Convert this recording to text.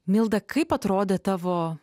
milda kaip atrodė tavo